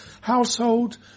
household